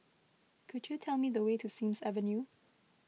could you tell me the way to Sims Avenue